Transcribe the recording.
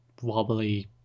wobbly